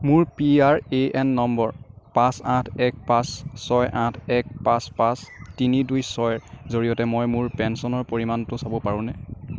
মোৰ P R A N number পাঁচ আঠ এক পাঁচ ছয় আঠ এক পাঁচ পাঁচ তিনি দুই ছয়ৰ জৰিয়তে মই মোৰ পেঞ্চনৰ পৰিমাণটো চাব পাৰোঁনে